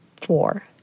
four